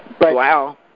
Wow